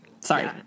sorry